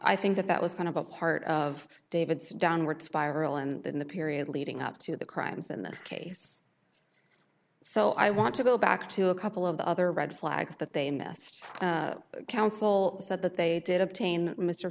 i think that that was kind of a part of david's downward spiral and in the period leading up to the crimes in this case so i want to go back to a couple of the other red flags that they missed counsel said that they did obtain mr